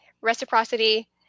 reciprocity